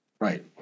Right